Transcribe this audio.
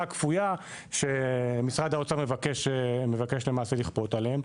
הכפויה שמשרד האוצר מבקש למעשה לכפות עליהם?